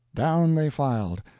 down they filed,